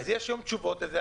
אז יש גם תשובות לזה,